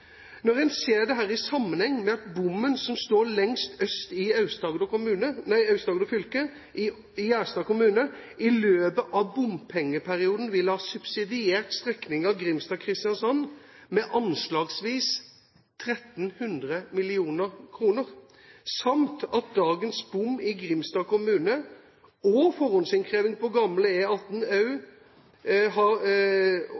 Når en ser dette i sammenheng med at bommen som står lengst øst i Aust-Agder fylke, i Gjerstad kommune, i løpet av bompengeperioden vil ha subsidiert strekningen Grimstad–Kristiansand med anslagsvis 1 300 mill. kr, samt at dagens bom i Grimstad kommune og forhåndsinnkreving på gamle E18, som også står i Grimstad kommune, har overført betydelige midler til ny E18 Grimstad–Kristiansand, er